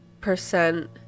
percent